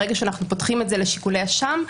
ברגע שאנחנו פותחים את זה לשיקולי אשם,